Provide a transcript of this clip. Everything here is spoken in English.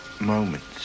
moments